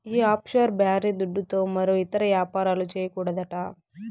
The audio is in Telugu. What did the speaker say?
ఈ ఆఫ్షోర్ బారీ దుడ్డుతో మరో ఇతర యాపారాలు, చేయకూడదట